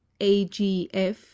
AGF